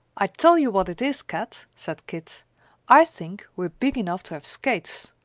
i tell you what it is, kat, said kit i think we're big enough to have skates.